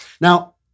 Now